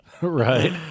Right